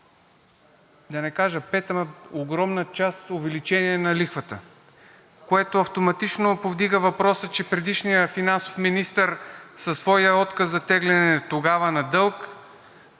да не кажа пет, ама огромна част увеличение на лихвата, което автоматично повдига въпроса, че предишният финансов министър със своя отказ за теглене тогава на дълг